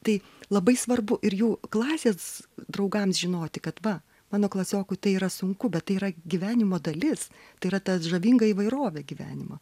tai labai svarbu ir jų klasės draugams žinoti kad va mano klasiokui tai yra sunku bet tai yra gyvenimo dalis tai yra ta žavinga įvairovė gyvenimo